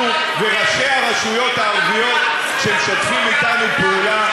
אנחנו וראשי הרשויות הערביות שמשתפים אתנו פעולה,